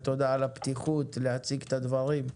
תודה על הפתיחות להציג את הדברים.